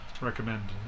Recommend